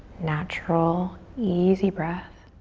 natural easy breath.